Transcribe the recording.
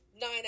nine